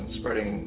spreading